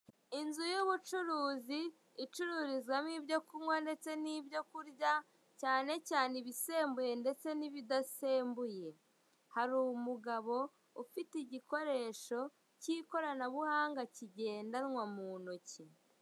Inzu y'ubucuruzi icururizwamo Ibyoaaakunkwa ndetse nibyo kurya cyane cyane ibisembuye ndetse n'ibidasembuye. Hari umugabo ufite igikoresho cy'ikoranabuhanga kigendanwa mu ntoki.